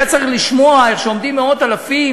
היה צריך לשמוע איך עומדים מאות אלפים